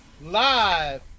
live